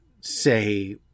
say